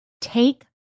Take